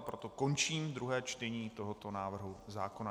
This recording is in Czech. Proto končím druhé čtení tohoto návrhu zákona.